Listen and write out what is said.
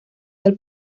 del